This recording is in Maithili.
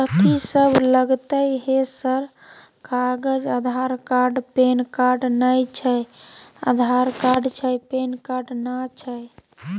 कथि सब लगतै है सर कागज आधार कार्ड पैन कार्ड नए छै आधार कार्ड छै पैन कार्ड ना छै?